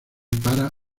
para